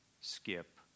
skip